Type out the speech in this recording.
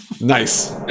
Nice